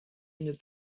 une